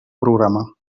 programa